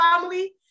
family